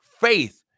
Faith